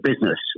business